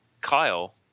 Kyle